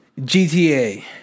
GTA